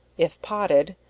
if potted,